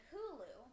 Hulu